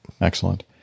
excellent